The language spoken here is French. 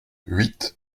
huit